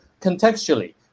contextually